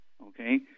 okay